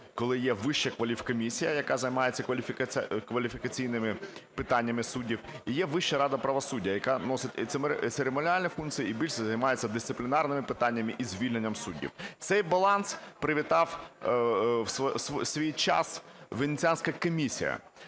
коли є Вища кваліфкомісія, яка займається кваліфікаційними питаннями суддів, і є Вища рада правосуддя, яка носить церемоніальні функції і більше займається дисциплінарними питаннями і звільненнями суддів. Цей баланс привітала у свій час Венеціанська комісія.